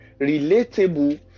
relatable